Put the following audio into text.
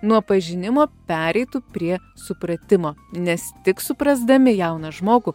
nuo pažinimo pereitų prie supratimo nes tik suprasdami jauną žmogų